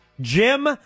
Jim